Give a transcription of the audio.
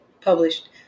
published